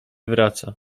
wraca